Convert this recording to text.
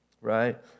Right